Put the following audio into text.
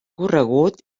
corregut